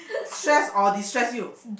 stress or distress you